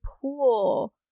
pool